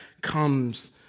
comes